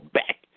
back